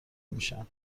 میشن